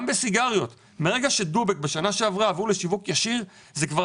ברגע ש"דובק" בשנה שעברה עברו לשיווק ישיר - זה כבר